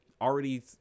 already